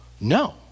No